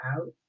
out